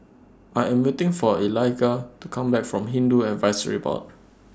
I Am waiting For Eliga to Come Back from Hindu Advisory Board